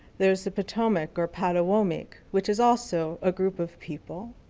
there's the potomac or patawomeck which is also a group of people.